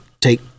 take